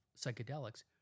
psychedelics